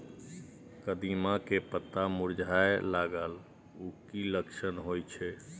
कदिम्मा के पत्ता मुरझाय लागल उ कि लक्षण होय छै?